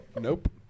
Nope